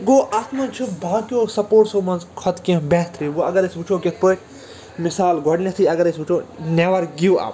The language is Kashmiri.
گوٚو اَتھ منٛز چھُ باقِیَو سَپورٹٕسَو منٛز کھۄتہٕ کیٚنٛہہ بہتری وۅنۍ اگر أسۍ وُچھَو کِتھٕ پٲٹھۍ مِثال گۄڈٕنٮ۪تھٕے اگر أسۍ وُچھَو نٮ۪وَر گِو اَپ